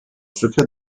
secret